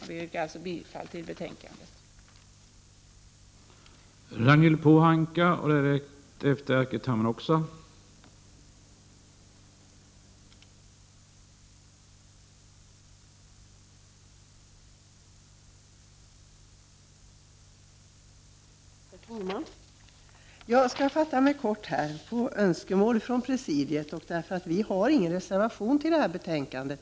Jag yrkar bifall till utskottets hemställan.